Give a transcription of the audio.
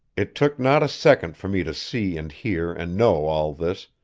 it took not a second for me to see and hear and know all this,